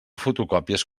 fotocòpies